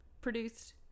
produced